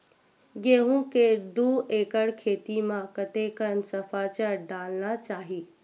गेहूं के दू एकड़ खेती म कतेकन सफाचट डालना चाहि?